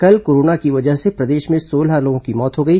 कल कोरोना की वजह से प्रदेश में सोलह लोगों की मौत हो गई